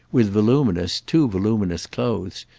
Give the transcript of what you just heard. with voluminous, too voluminous clothes,